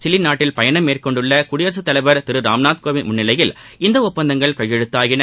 Chile நாட்டில் பயணம் மேற்கொண்டுள்ள குடியரசுத் தலைவர் திரு ராம்நாத் கோவிந்த் முன்னிலையில் இந்த ஒப்பந்தங்கள் கையெழுத்தாயின